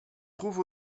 trouve